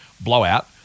blowout